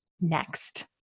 next